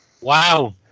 Wow